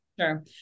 Sure